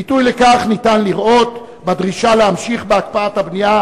ביטוי לכך ניתן לראות בדרישה להמשיך בהקפאת הבנייה,